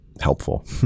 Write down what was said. helpful